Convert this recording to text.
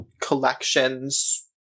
collections